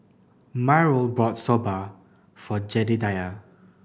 Myrle bought Soba for Jedediah